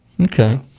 Okay